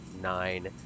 nine